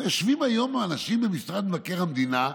יושבים היום האנשים במשרד מבקר המדינה,